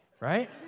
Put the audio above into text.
right